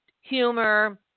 humor